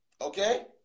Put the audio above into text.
Okay